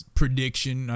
prediction